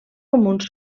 comuns